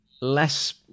less